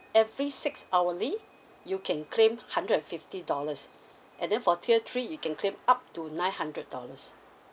every six hourly you can claim hundred and fifty dollars and then for tier three you can claim up to nine hundred dollars